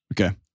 Okay